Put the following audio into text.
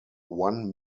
one